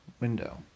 window